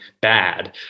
bad